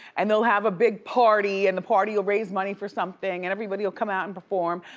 and they'll have a big party, and the party'll raise money for something, and everybody'll come out and perform,